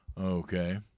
Okay